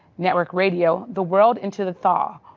network radio the world, into the thaw,